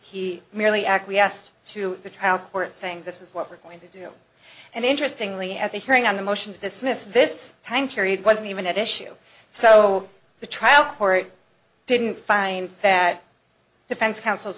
he merely acquiesced to the trial court saying this is what we're going to do and interestingly at the hearing on the motion to dismiss this time period wasn't even at issue so the trial court didn't find that defense counsel